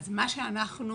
מה שאנחנו